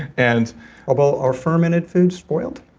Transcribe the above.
and ah but are fermented foods spoiled?